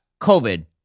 COVID